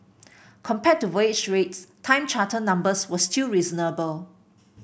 compared to voyage rates time charter numbers were still reasonable